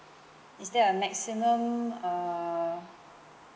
is there a maximum err